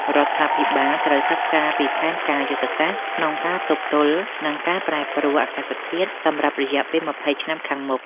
រដ្ឋាភិបាលត្រូវសិក្សាពីផែនការយុទ្ធសាស្ត្រក្នុងការទប់ទល់នឹងការប្រែប្រួលអាកាសធាតុសម្រាប់រយៈពេលម្ភៃឆ្នាំខាងមុខ។